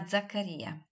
Zaccaria